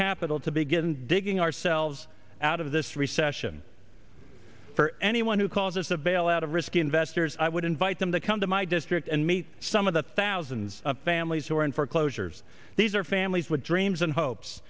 capital to begin digging ourselves out of this recession for anyone who calls us a bailout of risk investors i would invite them to come to my district and meet some of the thousands of families who are in foreclosures these are families with dreams and hopes